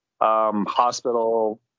hospital